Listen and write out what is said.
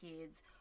kids